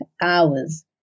hours